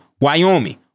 Wyoming